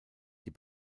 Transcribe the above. die